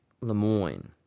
Lemoyne